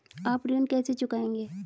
आप ऋण कैसे चुकाएंगे?